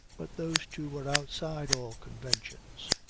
but those two were outside all conventions.